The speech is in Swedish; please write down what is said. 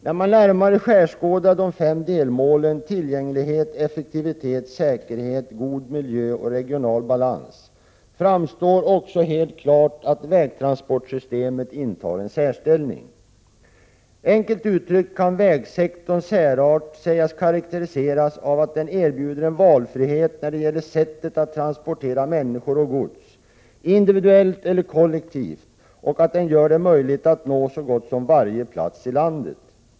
När man närmare skärskådar de fem delmålen — tillgänglighet, effektivitet, säkerhet, god miljö och regional balans — framstår också helt klart att vägtransportsystemet intar en särställning. Enkelt uttryckt kan vägsektorns särart sägas karakteriseras av att den erbjuder en valfrihet när det gäller sättet att transportera människor och gods, individuellt eller kollektivt, och att den gör det möjligt att nå så gott som varje plats i landet.